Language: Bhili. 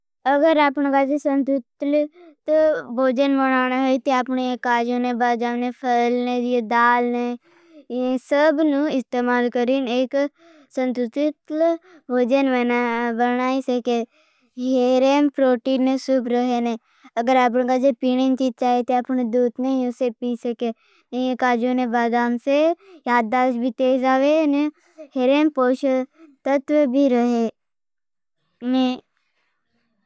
अगर आपने काजोंने बादाम से भोजन बनाना होई। ते आपने ये काजोंने बादामने फ़लने ये दालने ये सबनु इस्तेमाल करें। एक संतुत्रितल भोजन बनाई सकें। हेरें प्रोटीट ने सूप रहेने अगर आपने काजोंने। पीनें चीच चाहें ते आपने दूट ने इसे पी सकें। ने ये काजोंने बादाम से यादास भी तेज़ावें ने हेरें पोशल तत्व भी रहें।